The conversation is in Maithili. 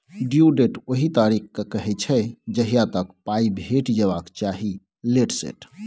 ड्यु डेट ओहि तारीख केँ कहय छै जहिया तक पाइ भेटि जेबाक चाही लेट सेट